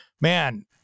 man